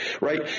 right